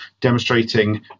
demonstrating